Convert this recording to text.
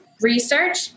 research